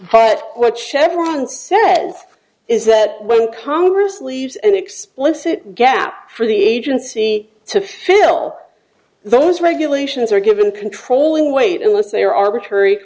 but what chevron said is that when congress leaves an explicit gap for the agency to fill those regulations are given controlling weight unless they are arbitrary